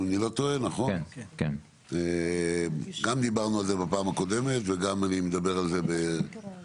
גם דיברנו על זה בפעם הקודמת וגם אני מדבר על זה היום,